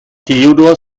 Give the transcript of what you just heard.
theodor